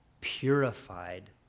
purified